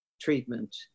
treatment